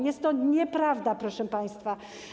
Jest to nieprawda, proszę państwa.